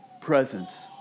presence